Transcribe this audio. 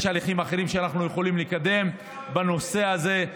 יש הליכים אחרים שאנחנו יכולים לקדם בנושא הזה,